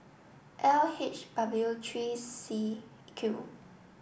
L H W three C Q